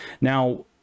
Now